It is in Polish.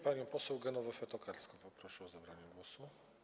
Panią poseł Genowefę Tokarską poproszę o zabranie głosu.